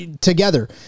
together